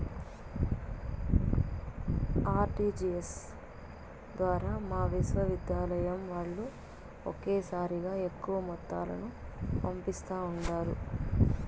RTGS ద్వారా మా విశ్వవిద్యాలయం వాల్లు ఒకేసారిగా ఎక్కువ మొత్తాలను పంపిస్తా ఉండారు